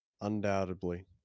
undoubtedly